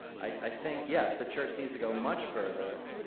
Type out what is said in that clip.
i think, yes, the church needs to go much further.